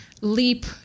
leap